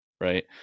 right